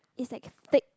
it's like thick